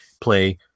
play